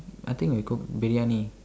I think we cooked briyani